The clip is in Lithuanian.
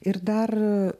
ir dar